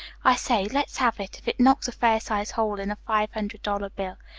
i say, let's have it, if it knocks a fair-sized hole in a five-hundred-dollar bill.